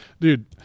dude